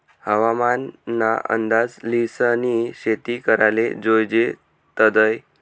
हवामान ना अंदाज ल्हिसनी शेती कराले जोयजे तदय